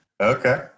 Okay